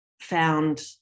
found